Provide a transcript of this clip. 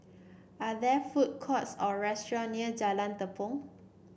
are there food courts or restaurant near Jalan Tepong